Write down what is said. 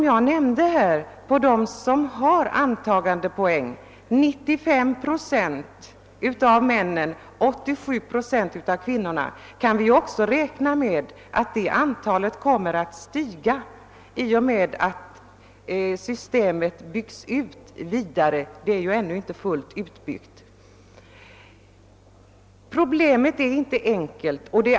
Jag nämnde att 95 procent av männen och 87 procent av kvinnorna har antagandepoäng, och vi kan räkna med att det antalet kommer att stiga i och med att systemet byggs ut. Det är ju ännu inte fullt utbyggt. Problemet är inte enkelt.